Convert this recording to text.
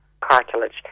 Cartilage